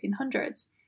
1800s